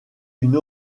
une